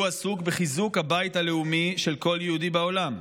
הוא עסוק בחיזוק הבית הלאומי של כל יהודי בעולם.